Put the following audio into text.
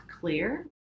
clear